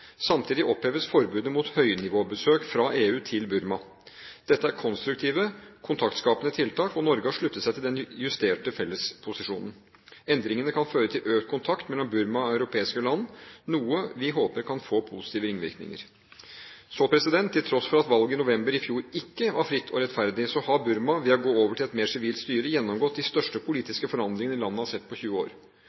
Samtidig oppheves forbudet mot høynivåbesøk fra EU til Burma. Dette er konstruktive, kontaktskapende tiltak, og Norge har sluttet seg til den justerte fellesposisjonen. Endringene kan føre til økt kontakt mellom Burma og europeiske land, noe vi håper kan få positive ringvirkninger. Til tross for at valget i november i fjor ikke var fritt eller rettferdig, har Burma ved å gå over til et mer sivilt styre gjennomgått de største politiske forandringene landet har sett på 20 år.